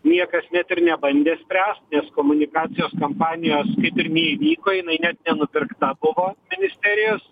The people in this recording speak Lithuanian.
niekas net ir nebandė spręst nes komunikacijos kampanijos kaip ir neįvyko jinai net nenupirkta buvo ministerijos